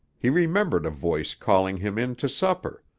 he remembered a voice calling him in to supper.